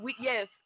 yes